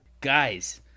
guys